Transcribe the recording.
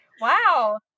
Wow